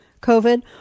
covid